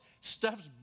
stuff's